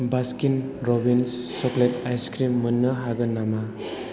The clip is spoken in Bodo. बास्किन र'बिन्स चक्लेट आइसक्रिम मोननो हागोन नामा